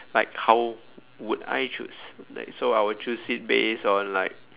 like how would I choose like so I will choose it based on like